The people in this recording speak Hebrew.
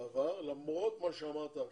בעבר למרות מה שאמרת עכשיו.